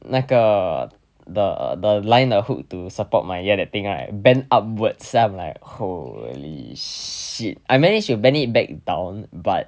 那个 the the line 的 hook to support my ear that thing right bent upwards then I'm like holy shit I manage to bend it back down but